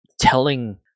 telling